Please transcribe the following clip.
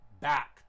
back